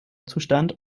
zustand